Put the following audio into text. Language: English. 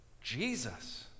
Jesus